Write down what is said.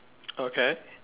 okay